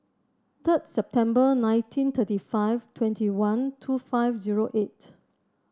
third September nineteen thirty five twenty one two five zero eight